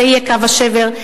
זה יהיה קו השבר,